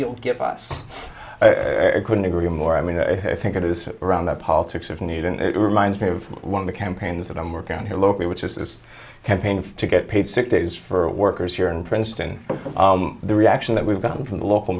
you'll give us couldn't agree more i mean i think it is around the politics of need and it reminds me of one of the campaigns that i'm working on here locally which is this campaign to get paid sick days for workers here in princeton the reaction that we've gotten from the local